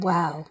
Wow